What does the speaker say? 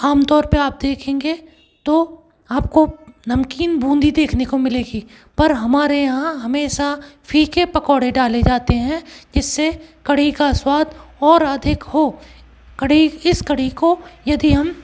आमतौर पर आप देखेंगे तो आप को नमकीन बूंदी देखने को मिलेगी पर हमारे यहाँ हमेशा फीके पकोड़े डाले जाते हैं जिस से कढ़ी का स्वाद और अधिक हो कढ़ी इस कढ़ी को यदि हम